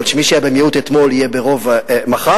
שמי שהיה במיעוט אתמול יהיה ברוב מחר,